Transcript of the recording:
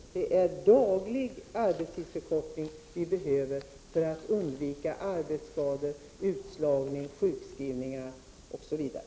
Vi behöver daglig arbetstidsförkortning för att undvika arbetsskador, utslagning, sjukskrivning osv.